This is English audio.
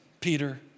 Peter